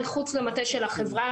מחוץ למטה החברה,